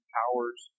powers